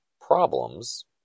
problems